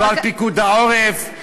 לא על פיקוד העורף,